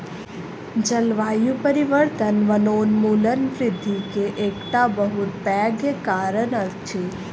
जलवायु परिवर्तन वनोन्मूलन वृद्धि के एकटा बहुत पैघ कारण अछि